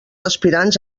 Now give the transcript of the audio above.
aspirants